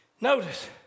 Notice